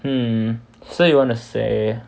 mm so you want to say